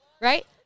right